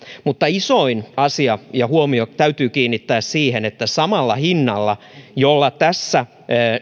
mutta isoin asia ja huomio täytyy kiinnittää siihen että samalla hinnalla jolla tässä